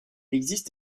existe